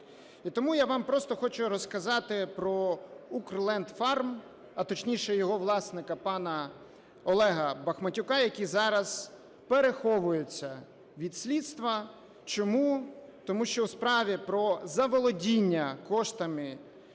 І тому я вам просто хочу розказати про "Укрлендфарм", а точніше його власника пана Олега Бахматюка, який зараз переховується від слідства. Чому? Тому що у справі про заволодіння коштами